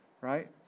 right